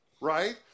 Right